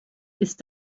ist